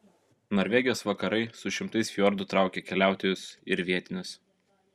norvegijos vakarai su šimtais fjordų traukia keliautojus ir vietinius